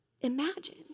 Imagine